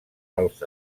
pels